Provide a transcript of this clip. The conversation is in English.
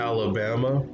Alabama